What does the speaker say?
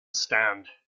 stand